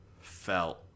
felt